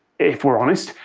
if we're honest,